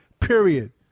period